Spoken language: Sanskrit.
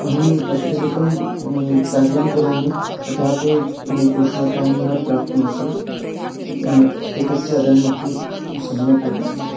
अहम् अत्यधिकं कार्यं करोमि तथापि उष्णतां न प्राप्नोति एतस्य रेम् अपि सम्यक् एव अस्ति